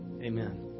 Amen